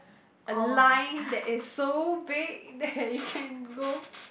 a line that is so big that it can go